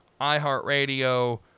iHeartRadio